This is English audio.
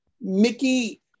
Mickey